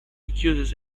accuses